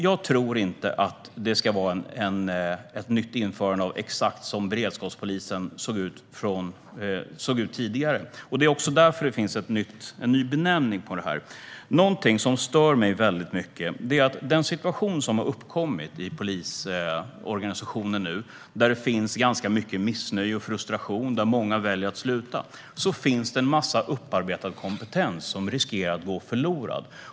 Jag tror inte att det ska vara ett nytt införande av beredskapspolisen exakt så som den såg ut tidigare. Det är därför det finns en ny benämning på den. Något som stör mig mycket är att i den situation som nu har uppkommit i polisorganisationen, där det finns ganska mycket missnöje och frustration och där många väljer att sluta, riskerar en massa upparbetad kompetens att gå förlorad.